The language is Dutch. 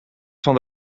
van